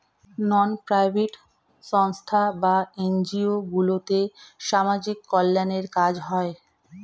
নন profit সংস্থা বা NGO গুলোতে সামাজিক কল্যাণের কাজ হয়